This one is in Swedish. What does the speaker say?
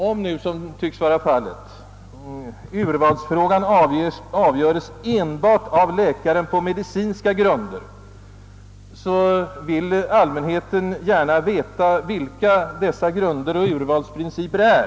Om nu — som fallet tycks vara — urvalsfrågan avgöres av läkaren helt på medicinska grunder, vill allmänheten gärna veta vilka dessa grunder eller urvalsprinciper är.